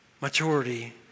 maturity